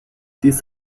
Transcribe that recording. dies